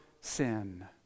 sin